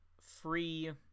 free